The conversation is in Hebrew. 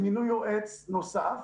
שהם מינו יועץ נוסף,